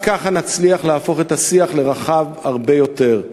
רק ככה נצליח להפוך את השיח לרחב הרבה יותר.